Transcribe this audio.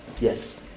Yes